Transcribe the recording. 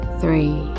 three